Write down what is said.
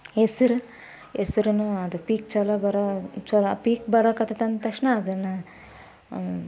ಹೆಸ್ರು ಹೆಸ್ರುನೂ ಅದು ಪೀಕ್ ಚಲೋ ಬರೋ ಛಲೊ ಆ ಪೀಕ್ ಬರಕ್ಕತ್ತೈತೆ ಅಂದ ತಕ್ಷಣ ಅದನ್ನು